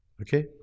Okay